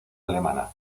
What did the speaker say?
alemana